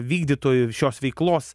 vykdytojų šios veiklos